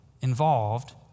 involved